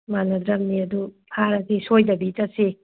ꯃꯥꯟꯅꯗ꯭ꯔꯃꯤ ꯑꯗꯨ ꯐꯥꯔꯁꯤ ꯁꯣꯏꯗꯕꯤ ꯆꯠꯁꯤ